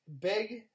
big